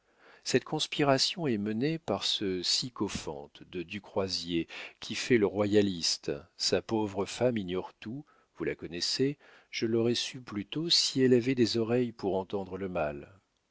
cette conspiration est menée par ce sycophante de du croisier qui fait le royaliste sa pauvre femme ignore tout vous la connaissez je l'aurais su plus tôt si elle avait des oreilles pour entendre le mal